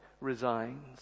resigns